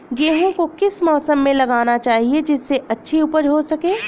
गेहूँ को किस मौसम में लगाना चाहिए जिससे अच्छी उपज हो सके?